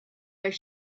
their